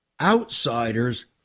outsiders